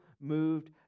moved